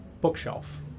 bookshelf